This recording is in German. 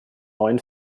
neuen